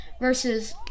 Versus